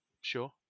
sure